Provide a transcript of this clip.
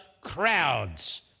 crowds